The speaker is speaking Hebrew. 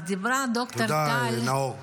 תודה, נאור.